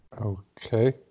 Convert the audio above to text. Okay